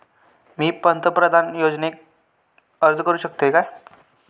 मी पंतप्रधान योजनेक अर्ज करू शकतय काय?